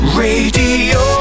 radio